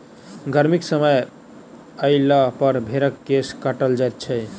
गर्मीक समय अयलापर भेंड़क केश काटल जाइत छै